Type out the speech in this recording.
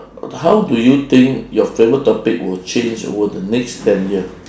how do you think your favourite topic will change over the next ten year